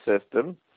system